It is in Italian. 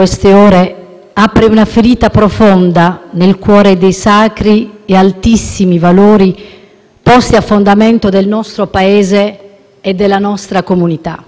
posti a fondamento del nostro Paese e della nostra comunità. Ancor prima della violazione delle leggi e delle convenzioni internazionali